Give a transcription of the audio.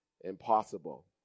impossible